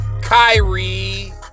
Kyrie